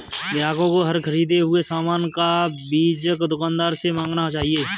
ग्राहकों को हर ख़रीदे हुए सामान का बीजक दुकानदार से मांगना चाहिए